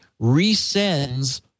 resends